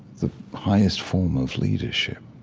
the highest form of leadership